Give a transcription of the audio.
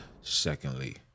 Secondly